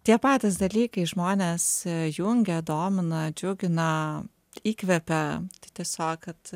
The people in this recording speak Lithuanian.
tie patys dalykai žmones jungia domina džiugina įkvepia tai tiesiog kad